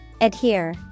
Adhere